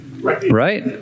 right